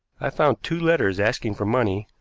i found two letters asking for money,